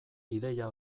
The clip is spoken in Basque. ideia